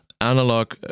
analog